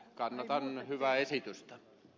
kannatan hyvää esitystä